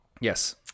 Yes